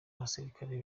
abasirikare